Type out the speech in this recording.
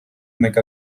make